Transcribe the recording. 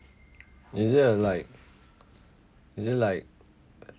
is there a like is it like